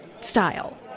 style